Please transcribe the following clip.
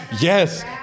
Yes